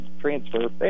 transfer